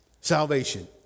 Salvation